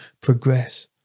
progress